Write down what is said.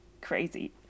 crazy